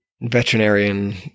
veterinarian